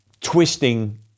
twisting